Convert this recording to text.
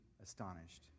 astonished